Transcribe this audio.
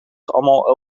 allemaal